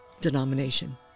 denomination